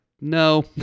no